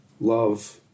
love